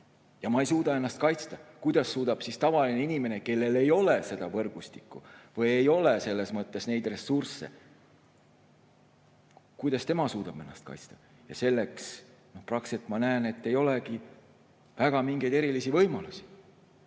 ja ma ei suuda ennast kaitsta, kuidas suudab seda tavaline inimene, kellel ei ole seda võrgustikku või ei ole ressursse? Kuidas tema suudab ennast kaitsta. Ja selleks praktiliselt, ma näen, ei olegi erilisi võimalusi.